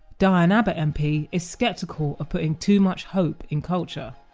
diane abbott mp is skeptical of putting too much hope in culture